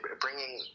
Bringing